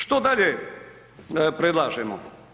Što dalje predlažemo?